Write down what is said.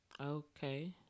Okay